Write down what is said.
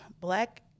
black